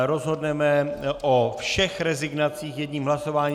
Rozhodneme o všech rezignacích jedním hlasováním.